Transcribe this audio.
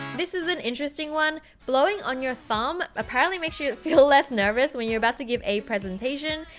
this is an interesting one, blowing on your thumb apparently makes you feel less nervous when you're about to give a presentation,